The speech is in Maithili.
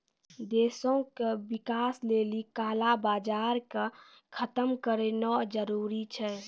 देशो के विकास लेली काला बजार के खतम करनाय जरूरी छै